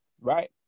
right